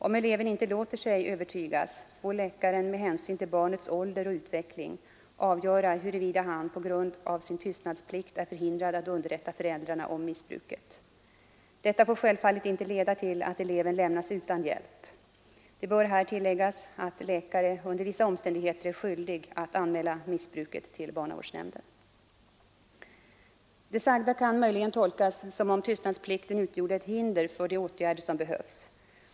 Om eleven inte låter sig övertygas, får läkaren med hänsyn till barnets ålder och utveckling avgöra huruvida han på grund av sin tystnadsplikt är förhindrad att underrätta föräldrarna om missbruket. Detta får självfallet inte leda till att eleven lämnas utan hjälp. Det bör här tilläggas att läkare under vissa omständigheter är skyldig att anmäla missbruket till barnavårdsnämnden. Det sagda kan möjligen tolkas som om tystnadsplikten utgjorde ett hinder för de åtgärder som behövs.